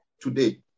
today